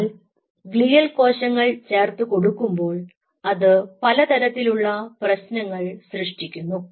എന്നാൽ ഗ്ലിയൽ കോശങ്ങൾ ചേർത്തു കൊടുക്കുമ്പോൾ അത് പലതരത്തിലുള്ള പ്രശ്നങ്ങൾ സൃഷ്ടിക്കുന്നു